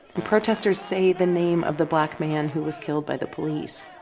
and protesters say the name of the black man who was killed by the police,